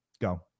go